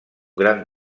gran